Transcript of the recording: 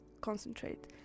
concentrate